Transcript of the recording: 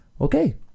okay